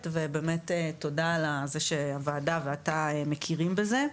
ובאמת תודה שהוועדה ואתה מכירים בזה.